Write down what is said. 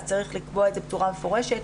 צריך לקבוע את זה בצורה מפורשת.